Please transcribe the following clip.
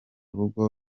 rugo